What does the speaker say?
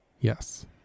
Yes